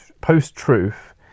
post-truth